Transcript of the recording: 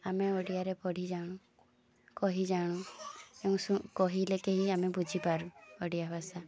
ଆମେ ଓଡ଼ିଆରେ ପଢ଼ି ଜାଣୁ କହି ଜାଣୁ ଏବଂ କହିଲେ କେହି ଆମେ ବୁଝିପାରୁ ଓଡ଼ିଆ ଭାଷା